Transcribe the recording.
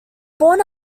born